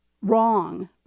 wrong